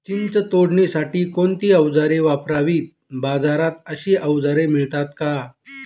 चिंच तोडण्यासाठी कोणती औजारे वापरावीत? बाजारात अशी औजारे मिळतात का?